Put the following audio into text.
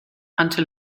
ante